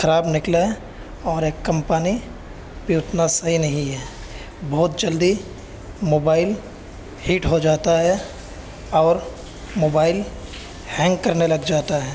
خراب نکلا اور یہ کمپنی بھی اتنا صحیح نہیں ہے بہت جلدی موبائل ہیٹ ہو جاتا ہے اور موبائل ہینگ کرنے لگ جاتا ہے